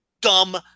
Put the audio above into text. dumb